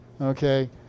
Okay